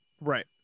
Right